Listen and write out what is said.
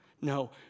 No